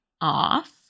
off